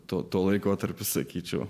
to tuo laikotarpiu sakyčiau